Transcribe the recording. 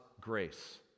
grace